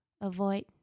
avoid